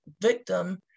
victim